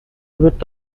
wird